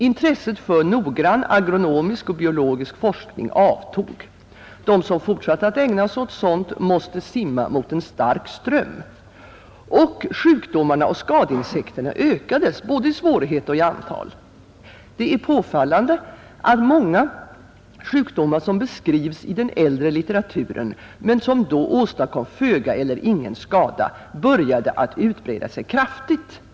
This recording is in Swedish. Intresset för noggrann agronomisk och biologisk forskning avtog. De som fortsatte att ägna sig åt sådant, måste simma mot en stark ström. Och sjukdomarna och skadeinsekterna ökade, både i svårighet och i antal. Det är påfallande, att många sjukdomar som beskrivs i den äldre litteraturen, men som då åstadkom föga eller ingen skada, började att utbreda sig kraftigt.